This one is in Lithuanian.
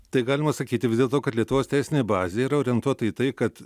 tai galima sakyti vis dėlto kad lietuvos teisinė bazė yra orientuota į tai kad